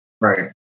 Right